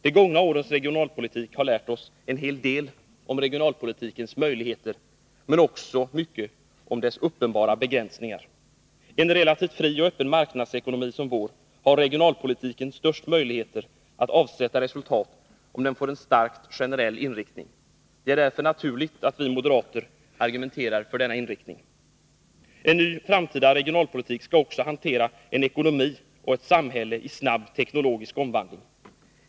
De gångna årens regionalpolitik har lärt oss en hel del om dess möjligheter men också mycket om dess uppenbara begränsningar. I en relativt fri och öppen marknadsekonomi som vår har regionalpolitiken de största möjligheterna att avsätta resultat, om den får en stark generell inriktning. Det är därför naturligt att vi moderater argumenterar för denna inriktning. En ny framtida regionalpolitik skall också hantera en ekonomi och ett samhälle i snabb teknisk omvandling.